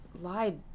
lied